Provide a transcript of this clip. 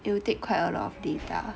it will take quite a lot of data